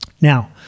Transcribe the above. Now